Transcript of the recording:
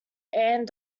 anne